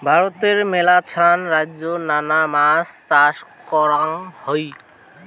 ভারতে মেলাছান রাইজ্যে নানা মাছ চাষ করাঙ হই